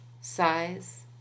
size